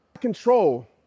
control